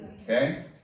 Okay